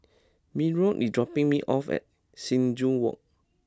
Myron is dropping me off at Sing Joo Walk